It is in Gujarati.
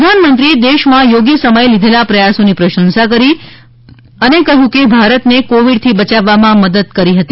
પ્રધાનમંત્રીએ દેશમાં યોગ્ય સમયે લીધેલા પ્રયાસોની પ્રશંસા કરી અને કહ્યું કે ભારતને કોવિડથી બચાવવામાં મદદ કરી હતી